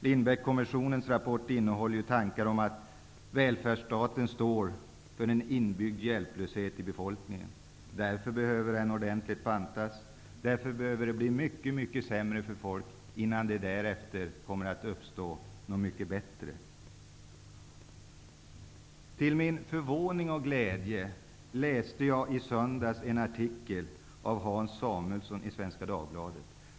Lindbeckkommissionens rapport innehåller ju tankar om att välfärdsstaten innebär en inbyggd hjälplöshet hos befolkningen. Den behöver därför bantas ordentligt. Det behöver bli mycket, mycket sämre för folk innan det kommer att uppstå något mycket bättre. Till min förvåning och glädje läste jag i söndags en artikel av Hans Samuelsson i Svenska Dagbladet.